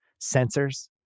sensors